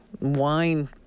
wine